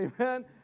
Amen